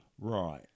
Right